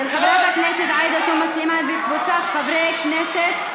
של חברת הכנסת עאידה תומא סלימאן וקבוצת חברי הכנסת.